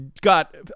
got